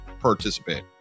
participate